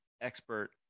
expert